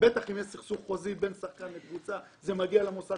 סכסוך חוזי בין שחקן לקבוצה זה מגיע למוסד